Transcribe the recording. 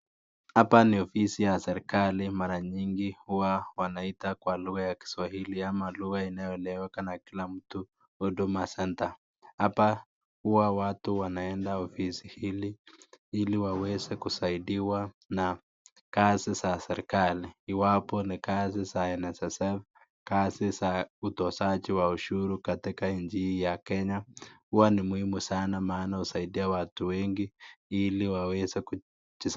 Hapa ni ofisi ya serikali mara nyingi huwa wanaita kwa lugha ya kiswahili inayojulikana kama Huduma centre , hapa watu hua wanaweza kwenda kwenye ofisi ili waweze kusaidiwa na kazi za serikali iwapo ni kazi za NSSF kazi za utozaji ushuru katika nchi hii ya kenya huwa ni maana sana aili kuweza kusaida watu wengi.